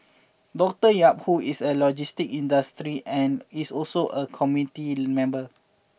Doctor Yap who is in the logistics industry and is also a committee member